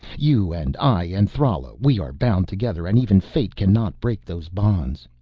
you and i and thrala, we are bound together and even fate can not break those bonds.